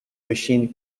machine